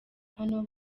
hano